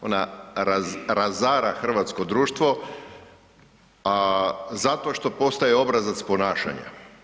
Ona razara hrvatsko društvo, a zato što postoji obrazac ponašanja.